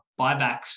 buybacks